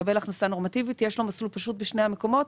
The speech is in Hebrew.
מקבל הכנסה נורמטיבית; יש לו מסלול בשני המקומות.